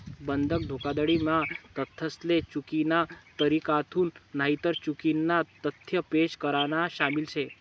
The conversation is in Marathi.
बंधक धोखाधडी म्हा तथ्यासले चुकीना तरीकाथून नईतर चुकीना तथ्य पेश करान शामिल शे